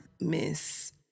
Miss